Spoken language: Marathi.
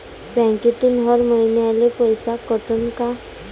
बँकेतून हर महिन्याले पैसा कटन का?